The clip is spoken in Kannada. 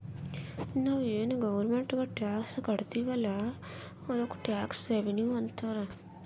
ನಾವು ಏನ್ ಗೌರ್ಮೆಂಟ್ಗ್ ಟ್ಯಾಕ್ಸ್ ಕಟ್ತಿವ್ ಅಲ್ಲ ಅದ್ದುಕ್ ಟ್ಯಾಕ್ಸ್ ರೆವಿನ್ಯೂ ಅಂತಾರ್